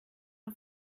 auf